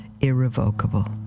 irrevocable